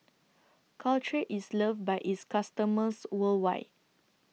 Caltrate IS loved By its customers worldwide